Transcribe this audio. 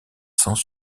sans